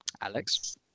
Alex